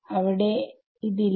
അവിടെ ഇല്ല